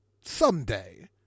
someday